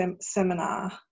seminar